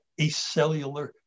acellular